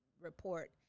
report